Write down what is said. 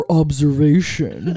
observation